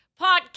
podcast